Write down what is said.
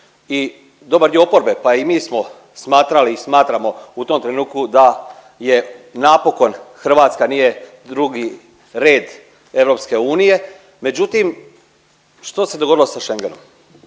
i dobar dio oporbe pa i mi smo smatrali i smatramo u tom trenutku da je napokon Hrvatska nije drugi red EU. Međutim, što se dogodilo sa Schengenom.